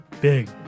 Big